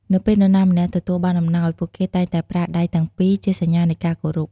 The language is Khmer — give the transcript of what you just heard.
នៅពេលនរណាម្នាក់ទទួលបានអំណោយ ពួកគេតែងតែប្រើដៃទាំងពីរជាសញ្ញានៃការគោរព។